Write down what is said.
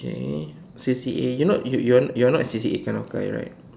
okay C_C_A you're not you're you're not a C_C_A that kind of guy right